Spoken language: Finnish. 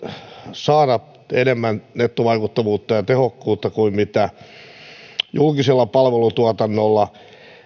saada enemmän nettovaikuttavuutta ja tehokkuutta kuin julkisella palvelutuotannolla